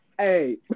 Hey